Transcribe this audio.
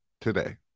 today